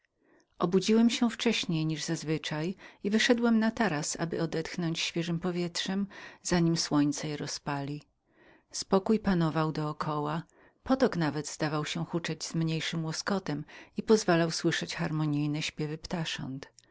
obudziłem się wcześniej jak zazwyczaj i wyszedłem na taras aby odetchnąć świeżem powietrzem zanim słońce go rozpali spokój panował do koła potok nawet zdawał się huczyć z mniejszym łoskotem i pozwalał słyszeć harmonijne śpiewy ptasząt